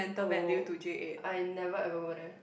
oh I never ever go there